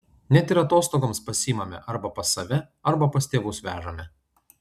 net ir atostogoms pasiimame arba pas save arba pas tėvus vežame